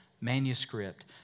manuscript